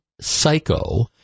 psycho